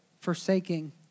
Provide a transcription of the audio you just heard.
forsaking